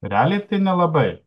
realiai tai nelabai